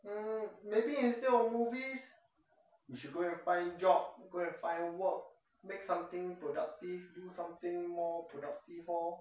mm maybe instead of movies I should go and find job go and find work make something productive do something more productive lor